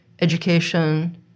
education